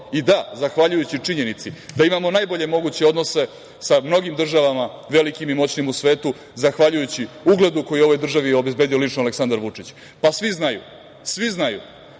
i da zahvaljujući činjenici da imamo najbolje moguće odnose na mnogim državama velikim i moćnim u svetu, zahvaljujući ugledu koji je ovoj državi obezbedio lično Aleksandar Vučić. Svi znaju da nije